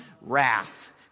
wrath